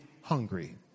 hungry